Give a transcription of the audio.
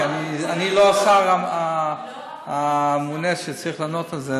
כי אני לא השר הממונה שצריך לענות על זה,